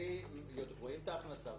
רואים את ההכנסה.